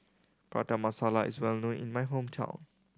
Prata Masala is well known in my hometown